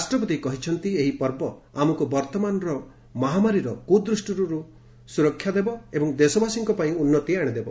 ରାଷ୍ଟ୍ରପତି କହିଛନ୍ତି ଏହି ପର୍ବ ଆମକୁ ବର୍ତ୍ତମାନର ମହାମାରୀର କୁ ଦୃଷ୍ଟିରୁ ସୁରକ୍ଷା ଦେବ ଏବଂ ଦେଶବାସୀଙ୍କ ପାଇଁ ଉନ୍ନତି ଆଣିଦେବ